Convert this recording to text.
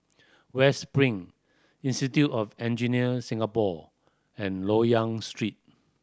West Spring Institute of Engineer Singapore and Loyang Street